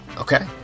Okay